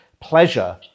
pleasure